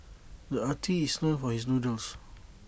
the artist is known for his doodles